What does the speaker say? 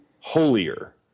holier